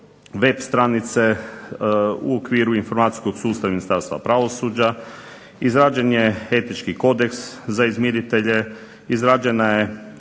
web stranice u okviru informacijskog sustava Ministarstva pravosuđa, izrađen je etički kodeks za izmiritelje, izrađena je